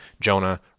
Jonah